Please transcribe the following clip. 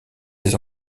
des